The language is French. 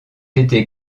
été